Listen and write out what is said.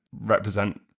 represent